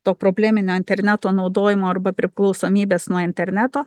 to probleminio interneto naudojimo arba priklausomybės nuo interneto